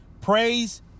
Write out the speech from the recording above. Praise